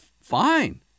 fine